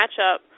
matchup